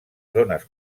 zones